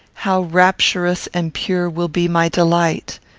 how rapturous and pure will be my delight!